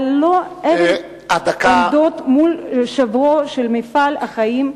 על לא עוול, עומדות מול שברו של מפעל החיים.